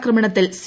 ആക്രമണത്തിൽ സി